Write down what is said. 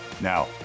Now